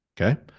Okay